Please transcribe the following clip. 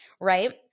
right